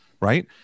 Right